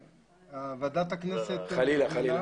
אם ועדת הכנסת הזמינה --- חלילה.